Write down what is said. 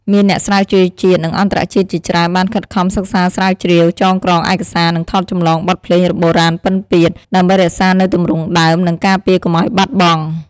មានអ្នកស្រាវជ្រាវជាតិ និងអន្តរជាតិជាច្រើនបានខិតខំសិក្សាស្រាវជ្រាវ ចងក្រងឯកសារ និងថតចម្លងបទភ្លេងបុរាណពិណពាទ្យ ដើម្បីរក្សានូវទម្រង់ដើម និងការពារកុំឱ្យបាត់បង់។